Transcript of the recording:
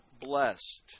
blessed